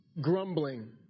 grumbling